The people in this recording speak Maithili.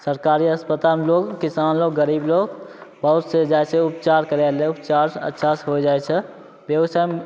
सरकारी अस्पतालमे लोक किसान लोक गरीब लोक बहुत से जाइ छै उपचार करबैले उपचार अच्छासे हो जाइ छै बेगूसराय